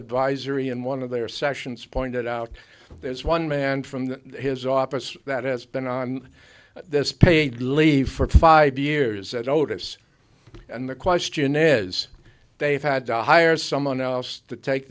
advisory in one of their sessions pointed out there's one man from the his office that has been on this paid leave for five years at otus and the question is they've had to hire someone else to take